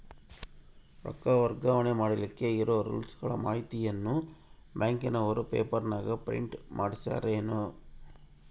ರೊಕ್ಕ ವರ್ಗಾವಣೆ ಮಾಡಿಲಿಕ್ಕೆ ಇರೋ ರೂಲ್ಸುಗಳ ಮಾಹಿತಿಯನ್ನ ಬ್ಯಾಂಕಿನವರು ಪೇಪರನಾಗ ಪ್ರಿಂಟ್ ಮಾಡಿಸ್ಯಾರೇನು?